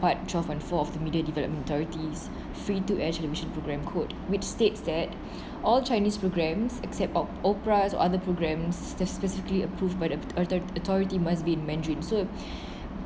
part twelve point four of the media development authority's free to air television programme code which states that all chinese programs except of opera or other programmes specifically approved by the autho~ authority must be in mandarin so